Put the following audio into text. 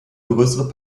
größere